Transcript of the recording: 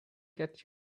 get